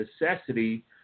necessity